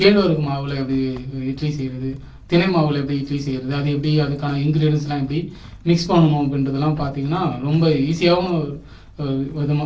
கேழ்வரகு மாவில் வந்து எப்படி இட்லி செய்கிறது திணை மாவில் எப்படி இட்லி செய்வது அதுக்கான இன்கிரிடியன்ஸ் எல்லாம் எப்படி மிக்ஸ் பண்ணணும் அப்படிங்றதெல்லாம் பார்த்தீங்கன்னா ரொம்ப ஈஸியாகவும் விதமாக